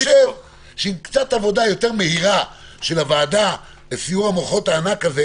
חושב שעם קצת עבודה יותר מהירה של הוועדה בסיעור המוחות הענק הזה,